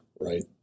right